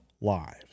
lives